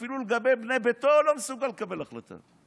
אפילו לגבי בני ביתו הוא לא מסוגל לקבל החלטה.